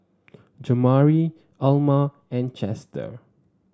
Jamari Elma and Chester